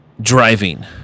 driving